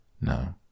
No